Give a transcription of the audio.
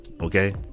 okay